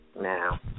now